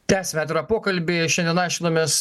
tęsiame atvirą pokalbį šiandien aiškinamės